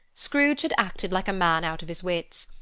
scrooge had acted like a man out of his wits.